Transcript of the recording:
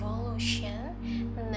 evolution